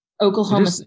Oklahoma